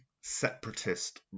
separatist